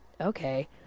Okay